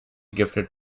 gifted